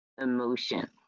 emotion